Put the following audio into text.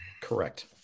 Correct